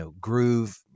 groove